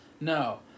No